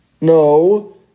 no